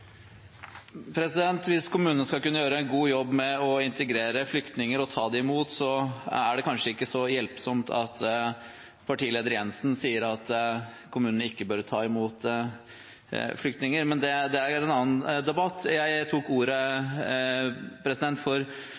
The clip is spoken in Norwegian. Hvis kommunene skal kunne gjøre en god jobb med å integrere flyktninger og ta imot dem, er det kanskje ikke så hjelpsomt at partileder Jensen sier at kommunene ikke bør ta imot flyktninger. Men det er en annen debatt. Jeg tok ordet